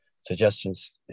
suggestions